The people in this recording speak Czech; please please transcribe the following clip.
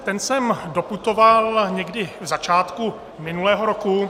Ten sem doputoval někdy na začátku minulého roku.